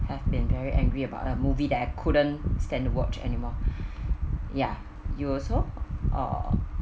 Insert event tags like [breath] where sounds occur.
have been very angry about the movie that I couldn't stand watch to anymore [breath] ya you also or